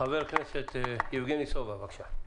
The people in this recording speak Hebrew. חבר הכנסת יבגני סובה, בבקשה.